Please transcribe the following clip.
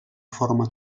forma